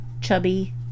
chubby